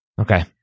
Okay